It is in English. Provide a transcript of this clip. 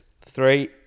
Three